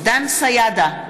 דן סידה,